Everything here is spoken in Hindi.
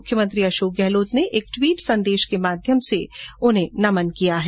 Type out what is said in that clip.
मुख्यमंत्री अशोक गहलोत ने एक टवीट संदेश के माध्यम से उन्हें नमन किया है